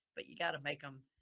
but you got to make them,